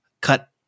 Cut